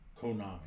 Konami